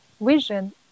vision